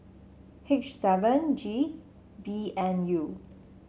H seven G B N U